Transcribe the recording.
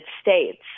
States